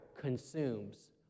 consumes